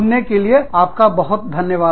सुनने के लिए आपका बहुत धन्यवाद